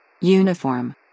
Uniform